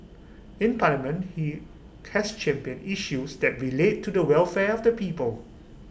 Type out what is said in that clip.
in parliament he has championed issues that relate to the welfare of the people